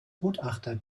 gutachter